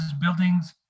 Buildings